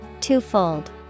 Twofold